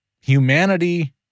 humanity